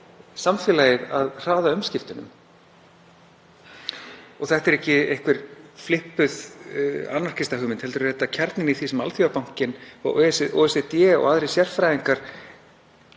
samfélagið að hraða umskiptunum. Þetta er ekki einhver flippuð anarkistahugmynd heldur er þetta kjarninn í því sem Alþjóðabankinn, OECD og aðrir sérfræðingar